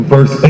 verse